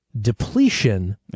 depletion